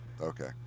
okay